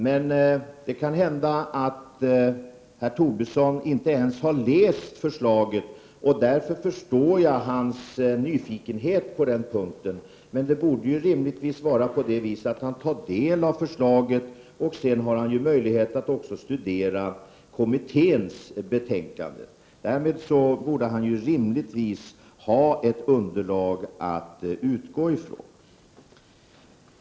Men det kan hända att herr Tobisson inte ens har läst förslaget, och därför förstår jag hans nyfikenhet på den punkten. Men han borde rim ligtvis ta del av förslaget, och sedan har han ju möjlighet att studera också kommitténs betänkande. Därmed borde han ha ett underlag att utgå från.